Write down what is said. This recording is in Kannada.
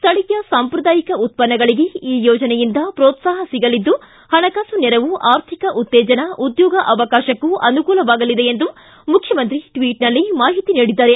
ಸ್ಥಳೀಯ ಸಾಂಪ್ರದಾಯಿಕ ಉತ್ಪನ್ನಗಳಿಗೆ ಈ ಯೋಜನೆಯಿಂದ ಪ್ರೋತ್ಸಾಹ ಸಿಗಲಿದ್ದು ಹಣಕಾಸು ನೆರವು ಆರ್ಥಿಕ ಉತ್ತೇಜನ ಉದ್ಯೋಗ ಅವಕಾಶಕ್ಕೂ ಅನುಕೂಲವಾಗಲಿದೆ ಎಂದು ಮುಖ್ಯಮಂತ್ರಿ ಟ್ವಚ್ನಲ್ಲಿ ಮಾಹಿತಿ ನೀಡಿದ್ದಾರೆ